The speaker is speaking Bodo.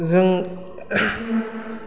जों